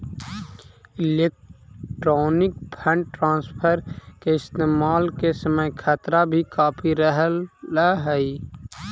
electronic fund transfer के इस्तेमाल के समय खतरा भी काफी रहअ हई